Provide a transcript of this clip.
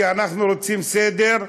כי אנחנו רוצים סדר,